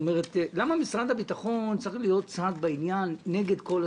למה משרד הביטחון צריך להיות צד בעניין נגד כל הציבור?